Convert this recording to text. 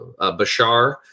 Bashar